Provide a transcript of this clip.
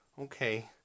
okay